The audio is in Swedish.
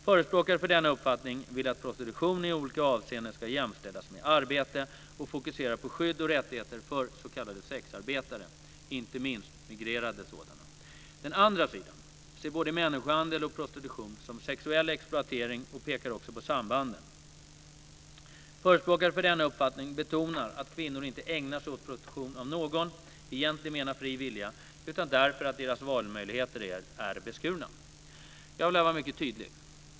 Förespråkare för denna uppfattning vill att prostitution i olika avseenden ska jämställas med arbete och fokuserar på skydd och rättigheter för s.k. sexarbetare, inte minst migrerande sådana. Den andra sidan ser både människohandel och prostitution som sexuell exploatering och pekar också på sambanden. Förespråkare för denna uppfattning betonar att kvinnor inte ägnar sig åt prostitution av någon i egentlig mening fri vilja utan därför att deras valmöjligheter är beskurna. Jag vill här vara mycket tydlig.